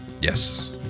Yes